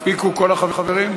נתקבלה.